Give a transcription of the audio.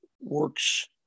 works